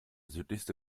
südlichste